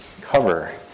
cover